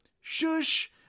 shush